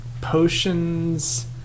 potions